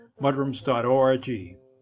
mudrooms.org